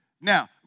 Now